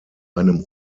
einem